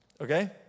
okay